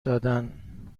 دادن